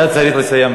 אתה צריך לסיים.